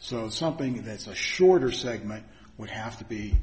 so something that's a shorter segment would have to be